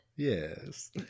Yes